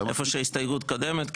איפה שההסתייגות הקודמת.